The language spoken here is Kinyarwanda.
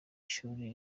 shuri